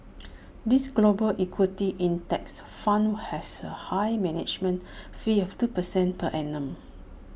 this global equity index fund has A high management fee of two percent per annum